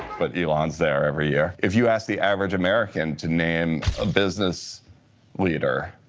but elon's there every year. if you ask the average american to name a business leader